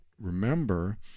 remember